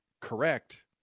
correct